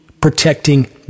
protecting